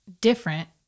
different